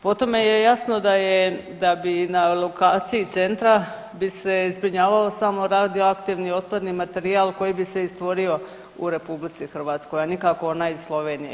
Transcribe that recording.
Po tome je jasno da bi na lokaciji centra bi se zbrinjavao samo radioaktivni otpadni materijal koji bi se i stvorio u RH, a nikako onaj iz Slovenije.